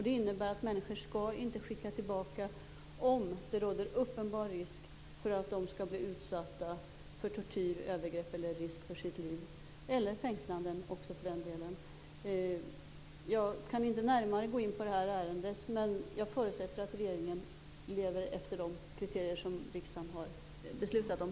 Det innebär att människor inte skall skickas tillbaka om det råder uppenbar risk att de kommer att bli utsatta för tortyr, övergrepp, risk för sitt liv eller fängslanden. Jag kan inte närmare gå in på det här ärendet, men jag förutsätter att regeringen lever efter de kriterier som riksdagen har beslutat om.